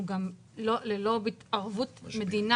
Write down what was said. גם ללא התערבות מדינה,